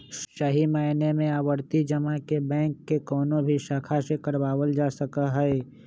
सही मायने में आवर्ती जमा के बैंक के कौनो भी शाखा से करावल जा सका हई